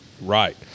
right